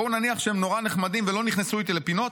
בואו נניח שהם נורא נחמדים ולא נכנסו איתי לפינות,